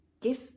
give